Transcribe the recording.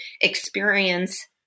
experience